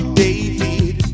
david